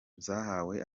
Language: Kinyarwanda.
zahawe